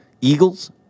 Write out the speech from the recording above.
Eagles